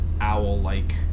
owl-like